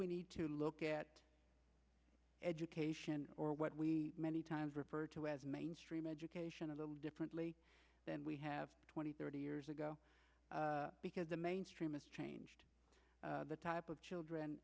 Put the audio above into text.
we need to look at education or what we many times refer to as mainstream education a little differently than we have twenty thirty years ago because the mainstream is changed the type of children